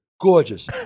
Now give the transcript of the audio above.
gorgeous